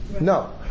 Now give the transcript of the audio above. no